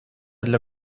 для